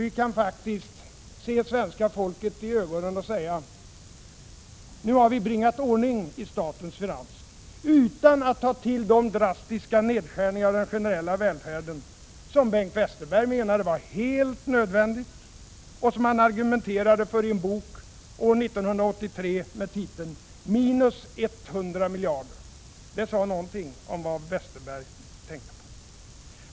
Vi kan faktiskt se svenska folket i ögonen och säga: Nu har vi bringat ordning i statens finanser utan att ta till de drastiska nedskärningar av den generella välfärden som Bengt Westerberg menade var helt nödvändiga och som han argumenterade för i en bok år 1983 med titeln Minus 100 miljarder. Det sade någonting om vad han tänkte på.